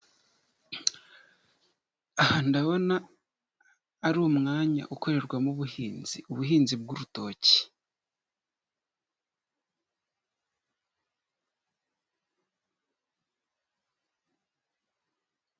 Aha ndabona ari umwanya ukorerwamo ubuhinzi, ubuhinzi bw'urutoki.